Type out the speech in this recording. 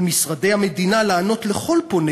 על משרדי המדינה לענות לכל פונה,